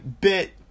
bit